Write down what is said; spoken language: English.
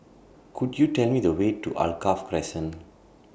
Could YOU Tell Me The Way to Alkaff Crescent